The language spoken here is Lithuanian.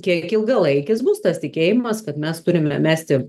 kiek ilgalaikis bus tas tikėjimas kad mes turime mesti